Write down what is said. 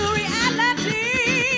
reality